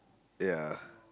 ya